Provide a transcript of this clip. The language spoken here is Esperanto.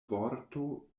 vorto